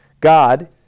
God